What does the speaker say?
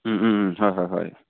হয় হয় হয়